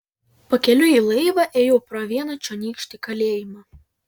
pakeliui į laivą ėjau pro vieną čionykštį kalėjimą